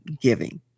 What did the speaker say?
giving